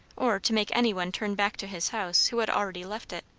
or to make any one turn back to his house who had already left it.